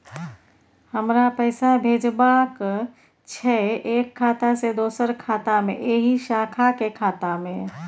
हमरा पैसा भेजबाक छै एक खाता से दोसर खाता मे एहि शाखा के खाता मे?